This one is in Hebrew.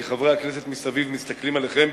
כי חברי הכנסת מסביב מסתכלים עליכם,